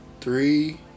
three